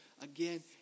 again